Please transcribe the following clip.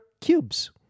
cubes